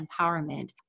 empowerment